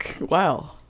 wow